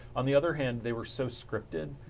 on the other hand they were so scripted.